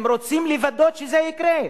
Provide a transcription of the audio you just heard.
הם רצו לוודא שזה יקרה.